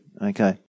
Okay